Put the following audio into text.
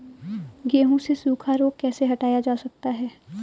गेहूँ से सूखा रोग कैसे हटाया जा सकता है?